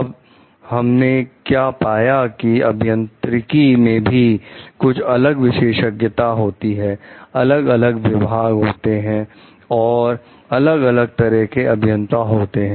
अब हमने क्या पाया कि अभियांत्रिकी में भी कुछ अलग विशेषज्ञता होती है अलग अलग विभाग होते हैं और अलग अलग तरह के अभियंता होते हैं